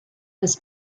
was